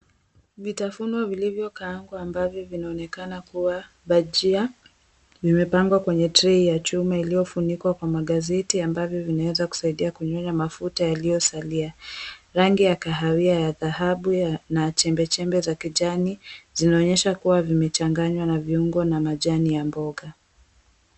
Vitafunwa vilivyokaangwa ambavyo vinaonekana kuwa bajia, vimepangwa kwenye trey ya chuma iliyofunikwa kwa magazeti ambavyo vinaweza kusaidia kunyonya mafuta yaliyosalia. Rangi ya kahawia ya dhahabu na chembechembe za kijani zinaonyesha kuwa vimechanganywa na viungo na majani ya mboga.